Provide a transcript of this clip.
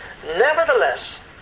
Nevertheless